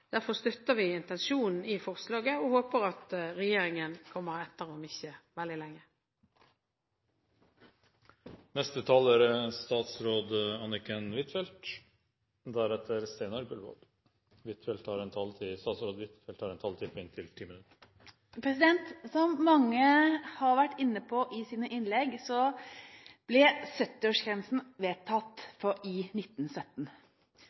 Derfor støtter vi intensjonen i forslaget og håper at regjeringen kommer etter om ikke veldig lenge. Som mange har vært inne på i sine innlegg, ble 70-årsgrensen vedtatt i 1917.